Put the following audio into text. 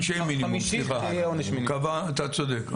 אתה צודק.